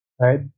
Right